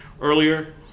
earlier